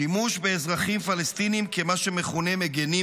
שימוש באזרחים פלסטינים כמה שמכונה מגינים